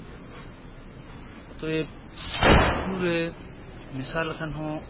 ᱚᱛᱚᱭᱮᱵᱽ ᱩᱛᱩ ᱨᱮ ᱢᱮᱥᱟ ᱞᱮᱠᱷᱟᱱ ᱦᱚᱸ